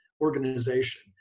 organization